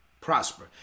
prosper